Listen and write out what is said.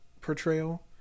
portrayal